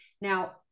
Now